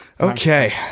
Okay